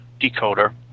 decoder